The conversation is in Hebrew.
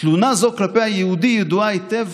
תלונה זו כלפי היהודי ידועה היטב